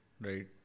right